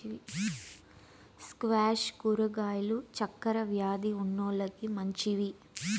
squash కూరగాయలు చక్కర వ్యాది ఉన్నోలకి మంచివి